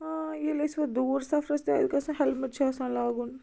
ہاں ییٚلہِ أسۍ پتہٕ دوٗر سفرس تہِ آسہِ گَژھُن ہیٚلمِٹ چھِ آسان لاگُن